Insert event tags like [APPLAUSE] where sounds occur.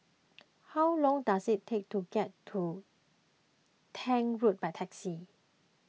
[NOISE] how long does it take to get to Tank Road by taxi